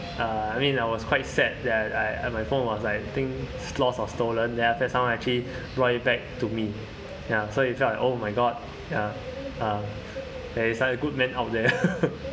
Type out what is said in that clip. uh I mean I was quite sad that I I and my phone was like I think lost or stolen there are someone actually brought it back to me ya so it's like oh my god ya uh there is like a good man out there